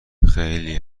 خیلی